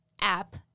app